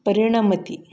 परिणमति